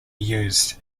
used